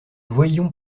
voyions